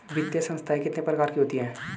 वित्तीय संस्थाएं कितने प्रकार की होती हैं?